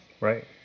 Right